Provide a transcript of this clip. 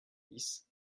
dix